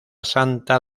santa